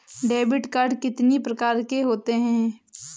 Debit card कितनी प्रकार के होते हैं?